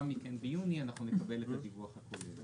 מכן ביוני אנחנו נקבל את הדיווח הכולל.